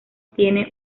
tiene